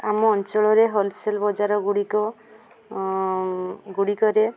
ଆମ ଅଞ୍ଚଳରେ ହୋଲ୍ସେଲ୍ ବଜାର ଗୁଡ଼ିକ ଗୁଡ଼ିକରେ